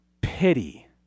pity